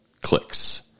clicks